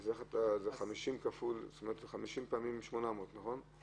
זה 50 פעמים 800, נכון?